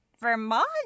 Vermont